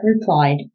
replied